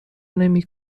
نمی